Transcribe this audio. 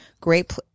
great